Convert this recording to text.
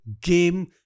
game